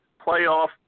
playoff